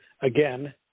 Again